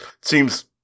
seems